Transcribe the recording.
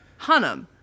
Hunnam